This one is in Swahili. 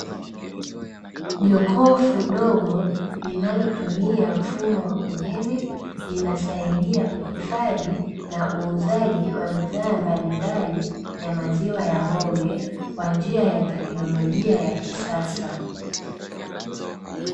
Jokufu dogo linalotumia mfumo wa umeme linasaidia uhifadhi na uuzaji wa bidhaa mbalimbali ya maziwa ya ng'ombe kwa njia ya teknolojia ya kisasa.